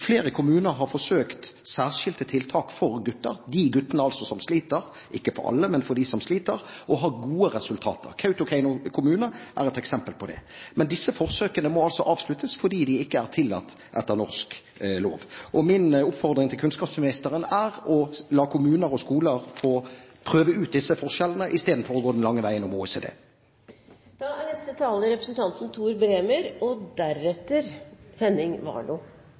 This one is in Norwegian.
Flere kommuner har forsøkt særskilte tiltak for de guttene som sliter, og har gode resultater. Kautokeino kommune er et eksempel på det. Men disse forsøkene må altså avsluttes, fordi de ikke er tillatt etter norsk lov. Min oppfordring til kunnskapsministeren er å la kommuner og skoler få prøve ut disse forsøkene istedenfor å gå den lange veien om OECD. Eg er glad for at representanten Tord Lien er oppteken av Arbeidarpartiet sitt fokus på kvalitet i forsking og